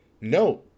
no